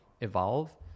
evolve